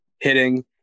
hitting